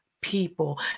people